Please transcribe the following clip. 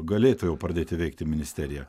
galėtų jau pradėti veikti ministerija